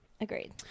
agreed